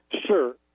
Sure